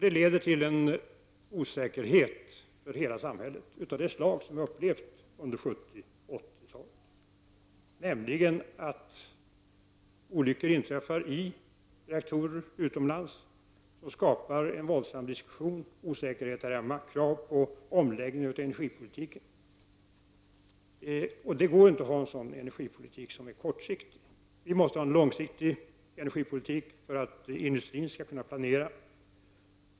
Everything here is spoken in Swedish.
Det leder till en osäkerhet för hela samhället av det slag som vi upplevt under 70 och 80-talen. Olyckor inträffar i reaktorer utomlands och skapar en våldsam diskussion och osäkerhet här hemma med krav på omläggning av energipolitiken. Det går inte att föra en kortsiktig energipolitik, utan vi måste ha en långsiktig energipolitik för att industrin skall kunna planera.